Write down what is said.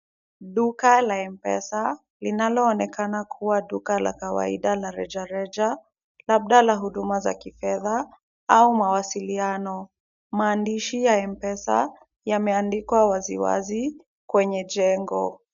Duka la mpesa, linalo onekana kuwa duka la kawaida la rejareja, labda la huduma za kifedha au mawasiliano. Maandishi ya mpesa yameandikwa waziwazi kwenye jengo.